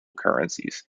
currencies